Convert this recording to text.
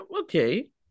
Okay